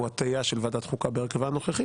הוא הטיה של ועדת החוקה בהרכבה הנוכחי